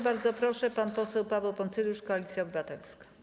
Bardzo proszę, pan poseł Paweł Poncyljusz, Koalicja Obywatelska.